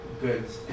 goods